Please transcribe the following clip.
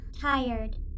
Tired